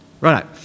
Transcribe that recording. Right